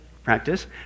practice